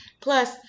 Plus